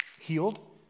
healed